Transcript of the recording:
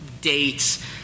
dates